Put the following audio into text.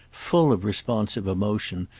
full of responsive emotion,